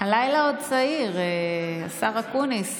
הלילה עוד צעיר, השר אקוניס.